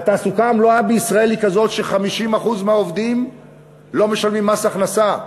התעסוקה המלאה בישראל היא כזאת ש-50% מהעובדים לא משלמים מס הכנסה.